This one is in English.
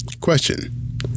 Question